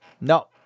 no